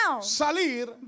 salir